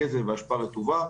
גזם ואשפה רטובה.